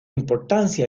importancia